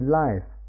life